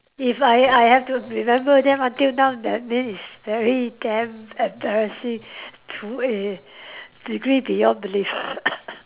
if I I have to remember them until now that mean it's very damn embarrassing to a degree beyond belief